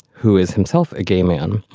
who is himself a gay man.